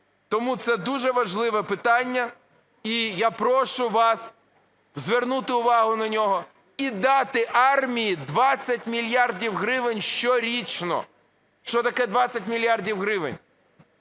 Тому це дуже важливе питання, і я прошу вас звернути увагу на нього і дати армії 20 мільярдів гривень щорічно. Що таке 20 мільярдів гривень?